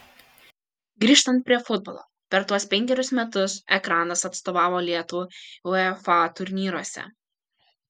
grįžtant prie futbolo per tuos penkerius metus ekranas atstovavo lietuvai uefa turnyruose